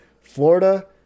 Florida